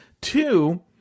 Two